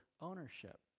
ownership